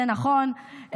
זה נכון.